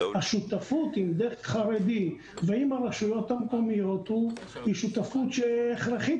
השותפות עם דסק חרדי ועם הרשויות המקומיות היא שותפות הכרחית,